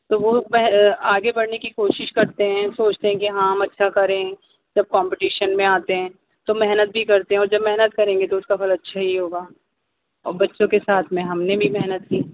تو وہ آگے بڑھنے کی کوشش کرتے ہیں سوچتے ہیں کہ ہاں ہم اچھا کریں سب کمپٹیشن میں آتے ہیں تو محنت بھی کرتے ہیں اور جب محنت کریں گے تو اس کا پھل اچھا ہی ہوگا اور بچوں کے ساتھ میں ہم نے بھی محنت کی